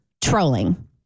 trolling